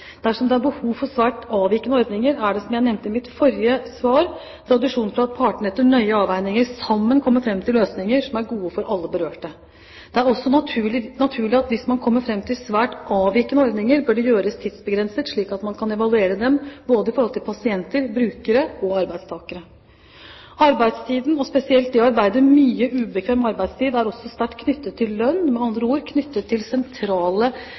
Dersom det er behov for svært avvikende ordninger, er det, som jeg nevnte i mitt forrige svar, tradisjon for at partene etter nøye avveininger sammen kommer fram til løsninger som er gode for alle berørte. Det er også naturlig at hvis man kommer fram til svært avvikende ordninger, bør de gjøres tidsbegrenset, slik at man kan evaluere dem både i forhold til pasienter/brukere og arbeidstakere. Arbeidstiden og spesielt det å arbeide mye ubekvem arbeidstid er også sterkt knyttet til lønn, med andre ord knyttet til sentrale